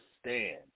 stand